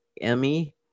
Emmy